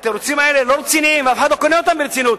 התירוצים האלה לא רציניים ואף אחד לא קונה אותם ברצינות.